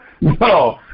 No